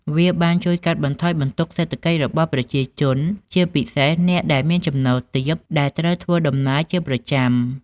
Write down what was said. វាបានជួយកាត់បន្ថយបន្ទុកសេដ្ឋកិច្ចរបស់ប្រជាជន ជាពិសេសអ្នកដែលមានចំណូលទាបដែលត្រូវធ្វើដំណើរជាប្រចាំ។